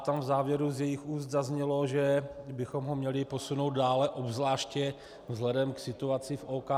Tam v závěru z jejích úst zaznělo, že bychom ho měli posunout dále, obzvláště vzhledem k situaci v OKD.